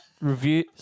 Review